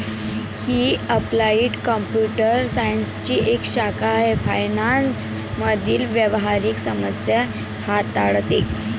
ही applied computer सायन्सची एक शाखा आहे फायनान्स मधील व्यावहारिक समस्या हाताळते